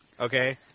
okay